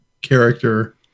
character